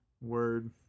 Word